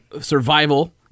survival